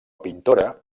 pintora